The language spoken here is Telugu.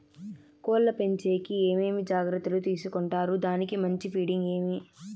కోళ్ల పెంచేకి ఏమేమి జాగ్రత్తలు తీసుకొంటారు? దానికి మంచి ఫీడింగ్ ఏమి?